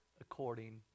according